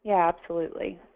yeah absolutely.